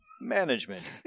management